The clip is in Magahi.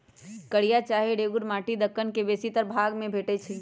कारिया चाहे रेगुर माटि दक्कन के बेशीतर भाग में भेटै छै